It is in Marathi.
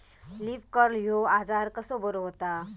लीफ कर्ल ह्यो आजार कसो बरो व्हता?